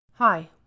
Hi